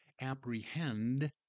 apprehend